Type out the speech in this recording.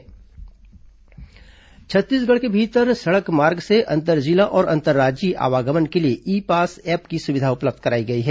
ई pass Chhattisgarh के भीतर सड़क मार्ग से अंतरजिला और अंतर्राज्यीय आवागमन के लिए ई पास ऐप की सुविधा उपलब्ध कराई गई है